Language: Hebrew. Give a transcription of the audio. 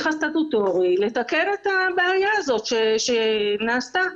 הסטטוטורי לתקן את הבעיה הזאת שנעשתה.